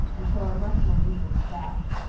and so are much more easily trapped.